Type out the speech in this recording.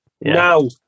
Now